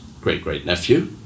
great-great-nephew